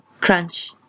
crunch